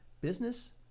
business